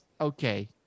okay